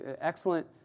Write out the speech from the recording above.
excellent